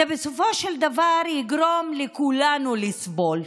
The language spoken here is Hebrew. זה בסופו של דבר יגרום לכולנו לסבול,